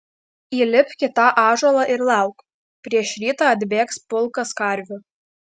įlipk į tą ąžuolą ir lauk prieš rytą atbėgs pulkas karvių